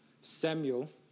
Samuel